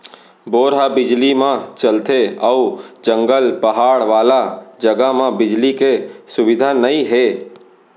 bore ह बिजली म चलथे अउ जंगल, पहाड़ वाला जघा म बिजली के सुबिधा नइ हे